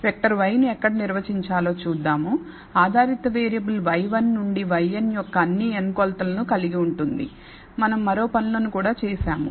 vector y ను ఎక్కడ నిర్వచించాలో చూద్దాం ఆధారిత వేరియబుల్ y1 నుండి yn యొక్క అన్ని n కొలతలను కలిగి ఉంటుందిమనం మరో పనులను కూడా చేసాము